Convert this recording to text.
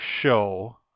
show